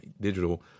digital